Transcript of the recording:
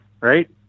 Right